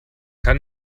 kann